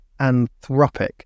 Anthropic